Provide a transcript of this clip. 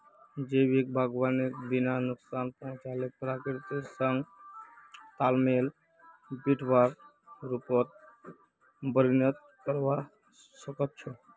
जैविक बागवानीक बिना नुकसान पहुंचाल प्रकृतिर संग तालमेल बिठव्वार रूपत वर्णित करवा स ख छ